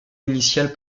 initial